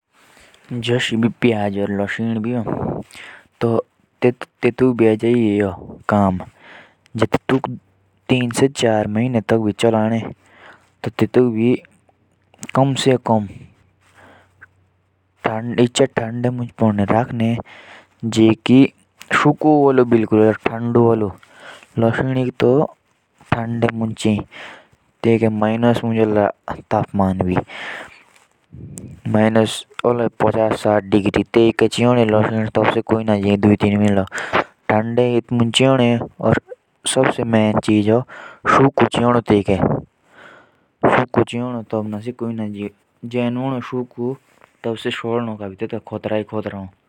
जैसे प्याज होती है। तो उसे भी ठंडे में रखना चाहिए और सूखा होना चाहिए। वरना अगर गीले में रखा तो वो सड़ भी सकती है।